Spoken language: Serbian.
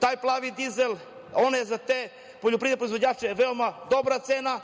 taj plavi dizel, on je za te poljoprivredne proizvođače veoma dobra cena.